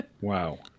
Wow